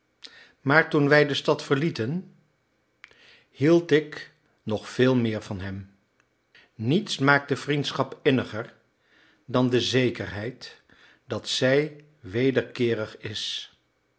maar toen wij de stad verlieten hield ik nog veel meer van hem niets maakt de vriendschap inniger dan de zekerheid dat zij wederkeerig is